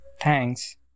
Thanks